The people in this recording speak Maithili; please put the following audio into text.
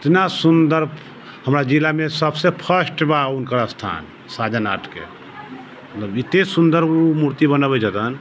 इतना सुन्दर हमरा जिला मे सबसे फ़र्स्ट बा हुनकर स्थान साजन आर्टके मतलब एते सुन्दर ओ मूर्ति बनबै छथिन